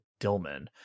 Dillman